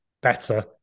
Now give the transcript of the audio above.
better